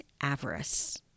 avarice